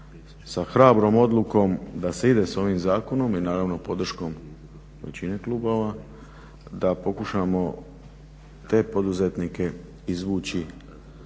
sa hrabrom odlukom da se ide sa ovim zakonom i naravno podrškom većine klubova da pokušamo te poduzetnike izvući